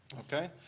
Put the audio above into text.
okay?